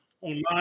online